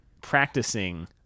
practicing